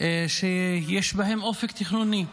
שיש בהם אופק תכנוני.